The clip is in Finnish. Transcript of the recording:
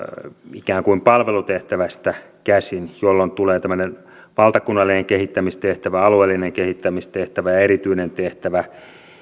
ikään kuin palvelutehtävästä käsin jolloin tulee tämmöinen valtakunnallinen kehittämistehtävä alueellinen kehittämistehtävä ja erityinen tehtävä